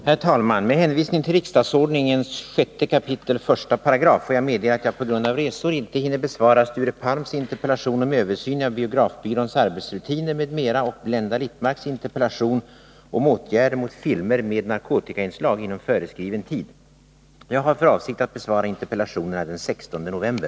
Herr talman! Med hänvisning till riksdagsordningens 6 kapitel 1 § får jag meddela att jag på grund av resor inte hinner besvara Sture Palms interpellation om översyn av biografbyråns arbetsrutiner, m.m. och Blenda Littmarcks interpellation om åtgärder mot filmer med narkotikainslag inom föreskriven tid. Jag har för avsikt att besvara interpellationerna den 16 november.